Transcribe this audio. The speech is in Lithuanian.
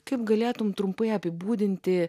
kaip galėtum trumpai apibūdinti